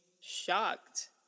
shocked